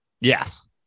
Yes